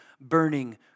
burning